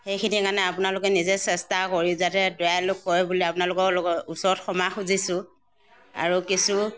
সেইখিনি কাৰণে আপোনালোকে নিজে চেষ্টা কৰি যাতে দয়ালু কৰে বুলি আপোনালোকৰ লগত ওচৰত ক্ষমা খুজিছোঁ আৰু কিছু